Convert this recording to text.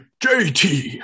JT